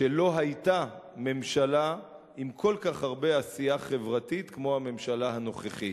שלא היתה ממשלה עם כל כך הרבה עשייה חברתית כמו הממשלה הנוכחית.